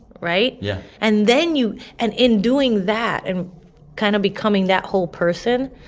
right? yeah and then you and in doing that and kind of becoming that whole person,